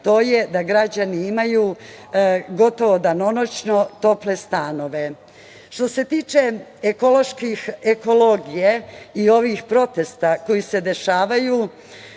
to je da građani imaju gotovo danonoćno tople stanove. Što se tiče ekologije i ovih protesta koji se dešavaju,